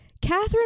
Catherine